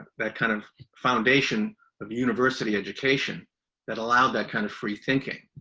that kind of foundation of university education that allowed that kind of free thinking.